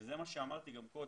וזה מה שאמרתי גם קודם.